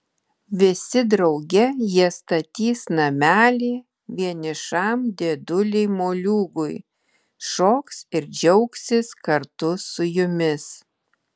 visi drauge jie statys namelį vienišam dėdulei moliūgui šoks ir džiaugsis kartu su jumis